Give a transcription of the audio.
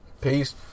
Peace